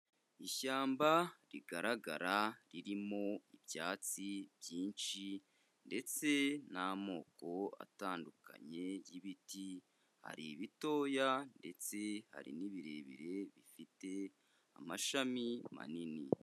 Ishyamba rigaragara ririmo ibyatsi byinshi ndetse n'amoko atandukanye y'ibiti, hari ibitoya ndetse hari n'ibirebire bifite amashami manini.